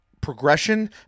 progression